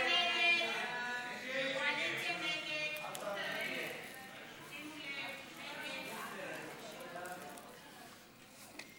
ההסתייגות (15) של קבוצת סיעת המחנה הציוני,